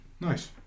Nice